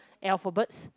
alphabets